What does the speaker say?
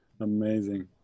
Amazing